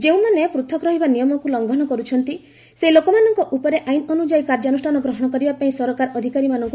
ଯେଉଁମାନେ ପୃଥକ ରହିବା ନିୟମକୁ ଲଙ୍ଘନ କରୁଛନ୍ତି ସେହି ଲୋକମାନଙ୍କ ଉପରେ ଆଇନ ଅନୁଯାୟୀ କାର୍ଯ୍ୟାନୁଷାନ ଗ୍ରହଣ କରିବାପାଇଁ ସରକାର ଅଧିକାରୀମାନଙ୍କୁ କହିଛନ୍ତି